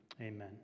amen